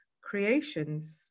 creations